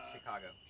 Chicago